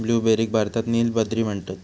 ब्लूबेरीक भारतात नील बद्री म्हणतत